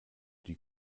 die